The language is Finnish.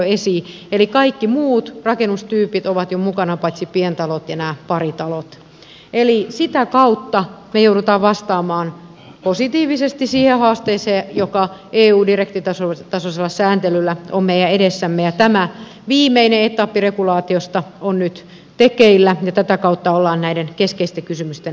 eli kaikki muut rakennustyypit ovat jo mukana paitsi pientalot ja nämä paritalot eli sitä kautta me joudumme vastaamaan positiivisesti siihen haasteeseen joka eu direktiivitasoisella sääntelyllä on meidän edessämme ja tämä viimeinen etappi regulaatiosta on nyt tekeillä ja tätä kautta ollaan näiden keskeisten kysymysten äärellä